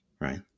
right